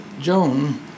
Joan